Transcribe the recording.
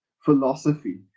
philosophy